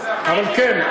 אבל, כן.